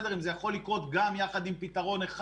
אם זה יכול לקרות יחד עם פתרון 1